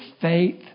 faith